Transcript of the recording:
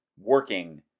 working